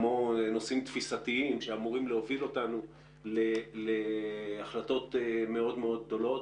כמו נושאים תפיסתיים שאמורים להוביל אותנו להחלטות מאוד מאוד גדולות.